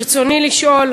ברצוני לשאול: